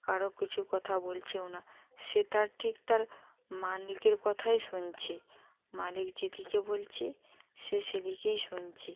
কারো কিছু কথা বলছেও না সে তার ঠিক তার মালিকের কথাই শুনছে মালিক যে দিকে বলছে সে সেদিকেই শুনছে